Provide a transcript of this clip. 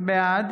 בעד